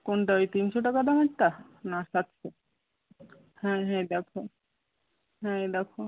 কোনটা ওই তিনশো টাকা দামেরটা না সাতশো হ্যাঁ হ্যাঁ এই দেখো হ্যাঁ এই দেখো